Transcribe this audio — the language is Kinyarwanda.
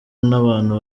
n’abantu